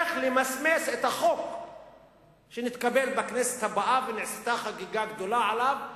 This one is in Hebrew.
איך למסמס את החוק שנתקבל בכנסת הבאה ונעשתה חגיגה גדולה עליו,